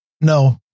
no